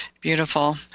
Beautiful